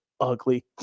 ugly